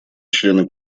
члены